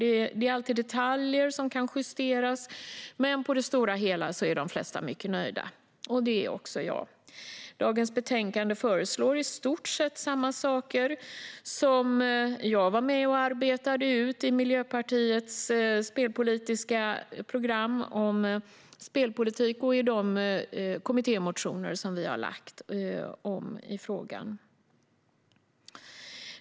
Det finns alltid detaljer som kan justeras, men på det stora hela är de flesta mycket nöjda. Det är också jag. I dagens betänkande föreslås i stort sett samma saker som jag var med och arbetade fram i Miljöpartiets spelpolitiska program och i de kommittémotioner vi har lagt fram i frågan.